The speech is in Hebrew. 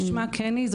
כשמה כן היא,